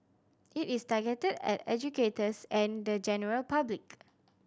it is targeted at educators and the general public